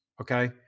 okay